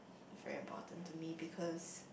very important to me because